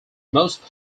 most